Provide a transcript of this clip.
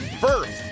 first